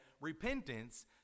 repentance